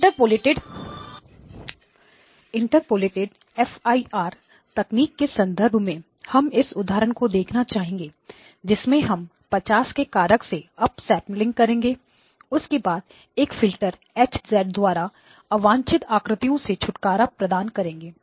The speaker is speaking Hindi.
इंटरपोलेटेड fir तकनीक के संदर्भ में हम इस उदाहरण को देखना चाहेंगे जिसमें हम 50 के कारक से अप सेंपलिंग करेंगे और उसके बाद एक फ़िल्टर H द्वारा अवांछित आकृतियों से छुटकारा प्रदान करेंगे